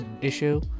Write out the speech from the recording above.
issue